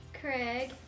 Craig